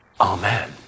Amen